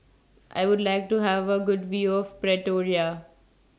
I Would like to Have A Good View of Pretoria